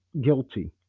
guilty